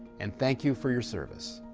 and thank you for your service.